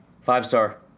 five-star